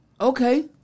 Okay